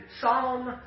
Psalm